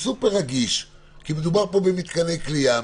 כי מדובר פה במתקני כליאה,